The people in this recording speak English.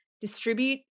distribute